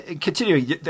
continuing